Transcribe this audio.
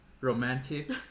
romantic